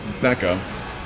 Becca